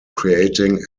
creating